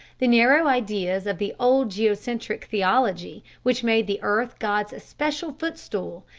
the narrow ideas of the old geocentric theology, which made the earth god's especial footstool,